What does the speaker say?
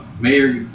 Mayor